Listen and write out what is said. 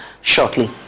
shortly